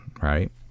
right